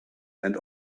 and